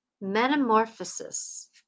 metamorphosis